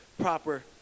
proper